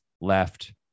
left